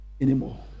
anymore